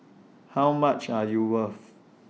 how much are you worth